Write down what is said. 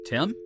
Tim